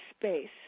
space